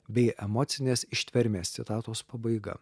bei emocinės ištvermės citatos pabaiga